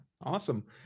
awesome